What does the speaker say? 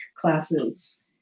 classes